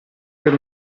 per